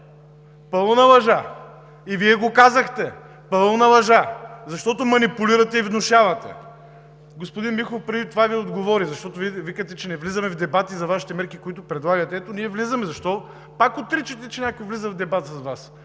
Пълна лъжа! Вие го казахте! Пълна лъжа, защото манипулирате и внушавате. Господин Михов преди това Ви отговори, защото казвате, че не влизаме в дебати за мерките, които предлагате. Ето, ние влизаме. Защо пак отричате, че никой не влиза в дебат с Вас?